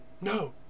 No